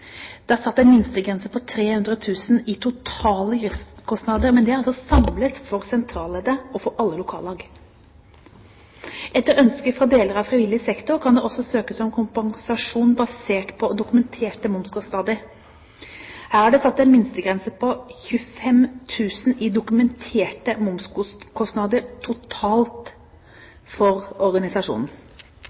Det er satt en minstegrense på 300 000 kr i totale driftskostnader, men det er samlet for sentralledd og alle lokallag. Etter ønske fra deler av frivillig sektor kan det også søkes om kompensasjon basert på dokumenterte momskostnader. Her er det satt en minstegrense på 25 000 kr i dokumenterte momskostnader totalt for organisasjonen.